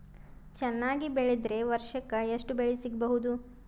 ಚೆನ್ನಾಗಿ ಬೆಳೆದ್ರೆ ವರ್ಷಕ ಎಷ್ಟು ಬೆಳೆ ಸಿಗಬಹುದು?